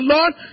Lord